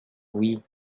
oui